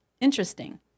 interesting